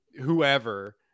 whoever